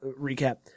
recap